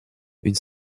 une